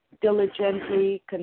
diligently